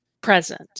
present